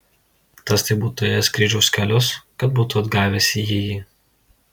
tas tai būtų ėjęs kryžiaus kelius kad būtų atgavęs jįjį